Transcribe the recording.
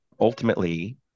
ultimately